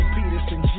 Peterson